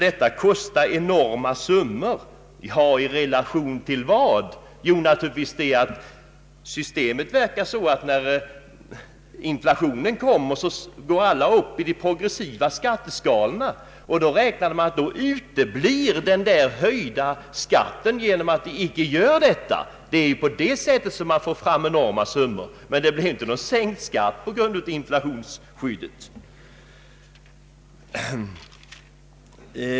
Ja, enorma summor i relation till vad? Det är naturligtvis på det sättet att när inflationen kommer stiger alla i de progressiva skatteskalorna. Med en inbyggd inflationssäkring skulle staten inte utan vidare kunna få in mera i skatt. är det så man resonerar då man talar om att vårt förslag skulle kosta enorma summor? Men det blir heller inte någon sänkt skatt på grund av inflationsskyddet.